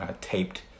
taped